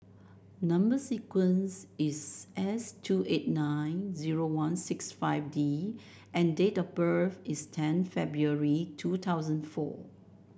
number sequence is S two eight nine zero one six five D and date of birth is ten February two thousand four